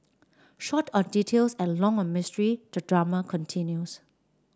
short on details and long on mystery the drama continues